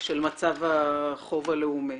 של מצב החוב הלאומי.